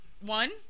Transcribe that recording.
One